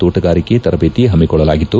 ತೋಟಗಾರಿಕೆ ತರಬೇತಿ ಹಮ್ನಿಕೊಳ್ಳಲಾಗಿತ್ತು